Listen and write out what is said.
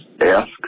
ask